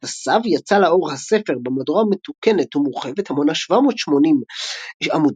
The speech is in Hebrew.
בשנת ה'תשס"ו יצא לאור הספר במהדורה מתוקנת ומורחבת המונה 780 עמודים,